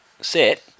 set